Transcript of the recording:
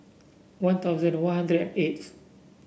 One Thousand One Hundred and eighth